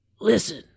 listen